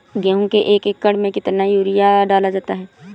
गेहूँ के एक एकड़ में कितना यूरिया डाला जाता है?